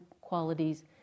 qualities